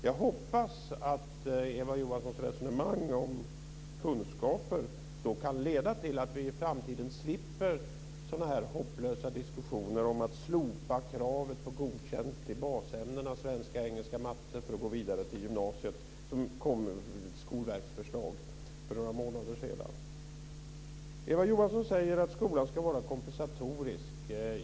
Jag hoppas att Eva Johanssons resonemang om kunskaper kan leda till att vi i framtiden slipper sådana här hopplösa diskussioner om att slopa kravet på godkänt i basämnena svenska, engelska och matematik för att gå vidare till gymnasiet. Det kom ju ett förslag från Skolverket om detta för några månader sedan. Eva Johansson säger att skolan ska vara kompensatorisk.